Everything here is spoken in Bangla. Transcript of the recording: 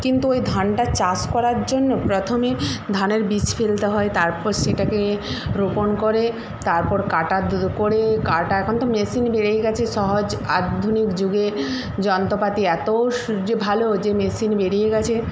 কিন্তু ওই ধানটা চাষ করার জন্য প্রথমে ধানের বীজ ফেলতে হয় তারপর সেটাকে রোপণ করে তারপর কাটার দো করে কাটা এখন তো মেশিন বেরিয়ে গিয়েছে সহজ আধুনিক যুগের যন্ত্রপাতি এত স্ যে ভালো যে মেশিন বেরিয়ে গিয়েছে